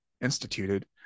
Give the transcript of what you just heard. instituted